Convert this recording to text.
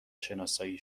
شناسایی